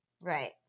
Right